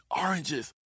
oranges